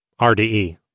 RDE